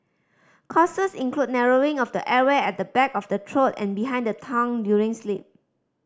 causes include narrowing of the airway at the back of the throat and behind the tongue during sleep